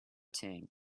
tank